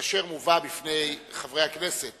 כאשר מובאת בפני חברי הכנסת